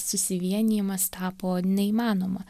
susivienijimas tapo neįmanoma